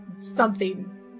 something's